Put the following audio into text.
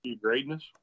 Greatness